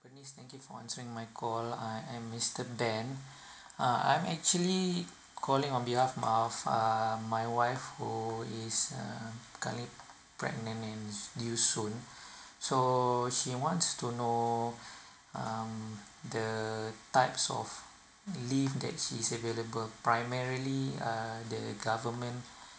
bernice thank you for answering my call I am mister ben uh I'm actually calling on behalf of um my wife who is uh currently pregnant and due soon so she wants to know um the types of ieave that she is available primarily uh the government